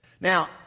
Now